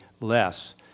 less